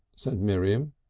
said miriam.